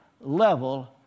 level